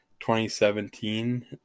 2017